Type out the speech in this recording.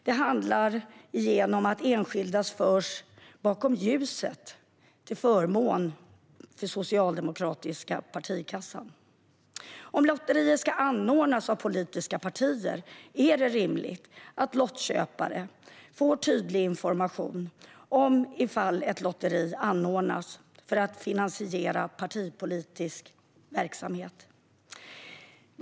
Det handlar om att enskilda förs bakom ljuset till förmån för den socialdemokratiska partikassan. Om lotterier ska anordnas av politiska partier är det rimligt att lottköpare får tydlig information ifall ett lotteri anordnas för att finansiera partipolitisk verksamhet.